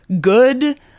good